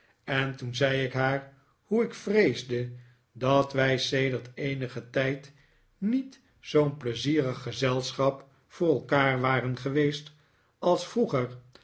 en toen zei ik haar hoe ik vreesde dat wij sedert eenigen tijd niet zoo'n pleizierig gezelschap voor elkaar waren geweest als vroeger